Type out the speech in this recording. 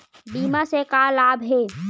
बीमा से का लाभ हे?